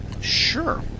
Sure